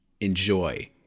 enjoy